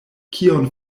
kion